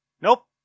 Nope